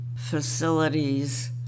facilities